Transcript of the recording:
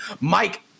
Mike